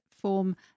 form